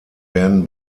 werden